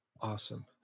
Awesome